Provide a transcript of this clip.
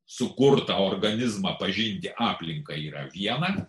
sukurtą organizmą pažinti aplinką yra viena